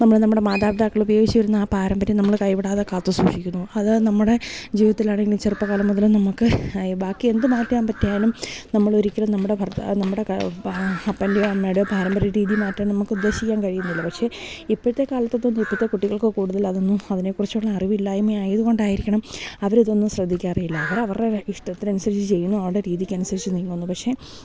നമ്മൾ നമ്മുടെ മാതപിതാക്കള ഉപയോഗിച്ചു വരുന്ന ആ പാരമ്പര്യം നമ്മൾ കൈവിടാതെ കാത്തു സൂക്ഷിക്കുന്നു അത് നമ്മുടെ ജീവിതത്തിലാണെങ്കിൽ ചെറുപ്പകാലം മുതലെ നമുക്ക് ബാക്കി എന്തു മാറ്റാൻ പറ്റിയാലും നമ്മൾ ഒരിക്കലും നമ്മുടെ ഭർത്താവ് നമ്മുടെ അപ്പൻ്റെ അമ്മയുടെ പാരമ്പര്യ രീതി മാറ്റാനും നമുക്ക് ഉദ്ദേശിക്കാൻ കഴിയുന്നില്ല പക്ഷേ ഇപ്പോഴത്തെ കാലത്ത് ഒന്നും ഇപ്പോഴത്തെ കുട്ടികൾക്ക് കൂടുതൽ അതൊന്നും അതിനെക്കുറിച്ചുള്ള അറിവില്ലായ്യ്മ ആയതുകൊണ്ടായിരിക്കണം അവർ ഇതൊന്നും ശ്രദ്ധിക്കാറേ ഇല്ല അവർ അവരുടെ ഇഷ്ടത്തിന് അനുസരിച്ചു ചെയ്യുന്നു അവരുടെ രീതിക്ക് അനുസരിച്ചു നീങ്ങുന്നു പക്ഷെ